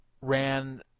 ran